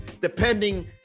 depending